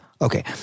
Okay